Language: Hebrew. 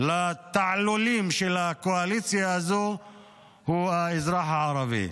של התעלולים של הקואליציה הזאת הוא האזרח הערבי.